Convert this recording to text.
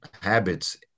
habits